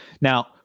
now